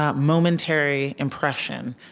ah momentary impression,